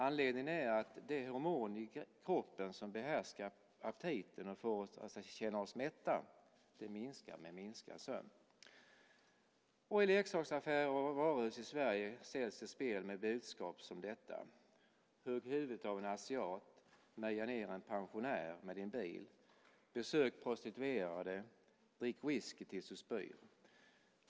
Anledningen är att det hormon i kroppen som begränsar aptiten och får oss att känna oss mätta minskar med minskad sömn. I leksaksaffärer och varuhus i Sverige säljs spel med budskap som: Hugg huvudet av en asiat, Meja ned en pensionär med din bil, Besök prostituerade, Drick whisky tills du spyr.